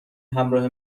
همراه